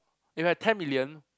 if I had ten million